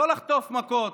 לא לחטוף מכות.